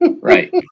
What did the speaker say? right